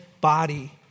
body